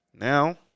now